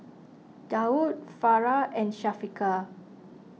Daud Farah and Syafiqah